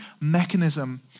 mechanism